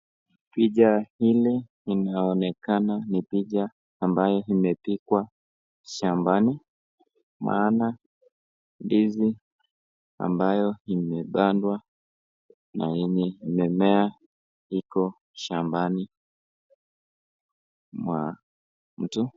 Picha hili inaonekana ni picha ambayo imepigwa shambani maana ndizi ambayo imepandwa na yenye imemea iko shambani mwa mtu.